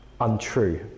untrue